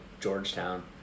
Georgetown